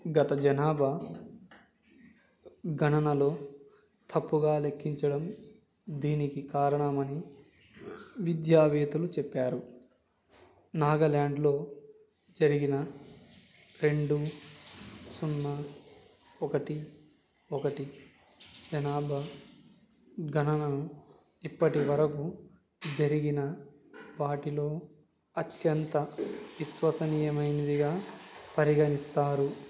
గత జనాభా గణనలో తప్పుగా లెక్కించడం దీనికి కారణమని విద్యావేత్తలు చెప్పారు నాగాలాండ్లో జరిగిన రెండు సున్నా ఒకటి ఒకటి జనాభా గణనను ఇప్పటివరకు జరిగిన వాటిలో అత్యంత విశ్వసనీయమైనదిగా పరిగణిస్తారు